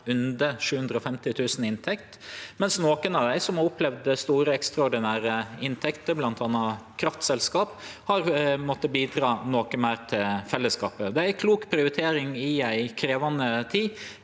under 750 000 kr i inntekt, mens nokre av dei som har opplevd store ekstraordinære inntekter, bl.a. kraftselskap, har måtta bidra noko meir til fellesskapet. Det er ei klok prioritering i ei krevjande tid.